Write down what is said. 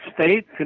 state